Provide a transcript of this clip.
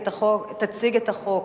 תציג את החוק